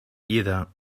either